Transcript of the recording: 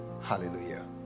Hallelujah